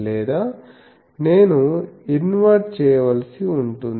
లేదా నేను ఇన్వర్ట్ చేయవలసి ఉంటుంది